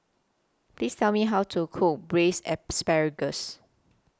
Please Tell Me How to Cook Braised Asparagus